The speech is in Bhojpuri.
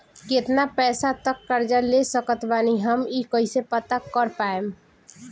केतना पैसा तक कर्जा ले सकत बानी हम ई कइसे पता कर पाएम?